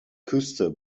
küste